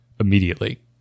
immediately